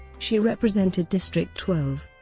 she represented district twelve,